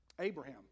Abraham